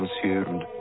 consumed